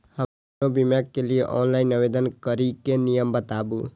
हम कोनो बीमा के लिए ऑनलाइन आवेदन करीके नियम बाताबू?